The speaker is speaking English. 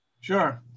Sure